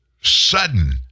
sudden